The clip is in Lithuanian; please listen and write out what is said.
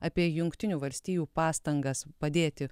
apie jungtinių valstijų pastangas padėti